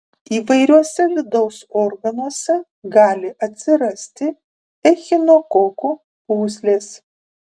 įvairiuose vidaus organuose gali atsirasti echinokokų pūslės